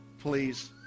please